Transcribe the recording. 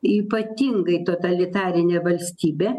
ypatingai totalitarinė valstybė